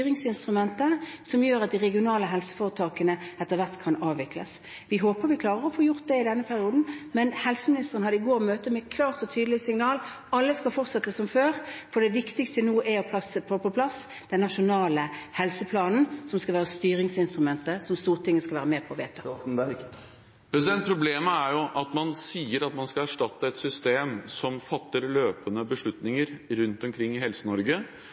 som vil gjøre at de regionale helseforetakene etter hvert kan avvikles. Vi håper vi klarer å få gjort det i denne perioden. Helseministeren holdt i går et møte med et klart og tydelig signal: Alle skal fortsette som før, for det viktigste nå er å få på plass den nasjonale helseplanen, som skal være styringsinstrumentet som Stortinget skal være med på å vedta. Problemet er jo at man sier at man skal erstatte et system som fatter løpende beslutninger rundt omkring i